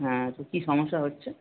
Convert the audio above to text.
হুম তো কী সমস্যা হচ্ছে